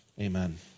Amen